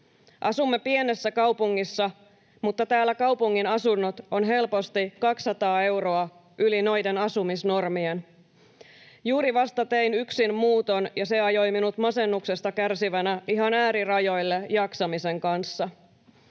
Asumme pienessä kaupungissa, mutta täällä kaupungin asunnot on helposti 200 euroa yli noiden asumisnormien. Juuri vasta tein yksin muuton, ja se ajoi minut masennuksesta kärsivänä ihan äärirajoille jaksamisen kanssa.